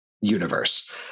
universe